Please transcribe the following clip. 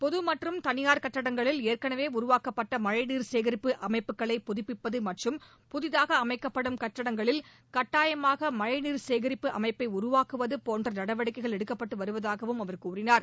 பொது மற்றும் தனியார் கட்டடங்களில் ஏற்கனவே உருவாக்கப்பட்ட மழைநீர் சுசேகரிப்பு அமைப்புகளை புதுப்பிப்பது மற்றம் புதிதாக அமைக்கப்படும் கட்டடங்களில் கட்டாயமாக மழை நீர் சேகரிப்பு அமைப்பை உருவாக்குவது போன்ற நடவடிக்கைகள் எடுக்கப்பட்டு வருவதாகவும் அவர் தெரிவித்தார்